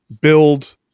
build